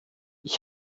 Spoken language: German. ich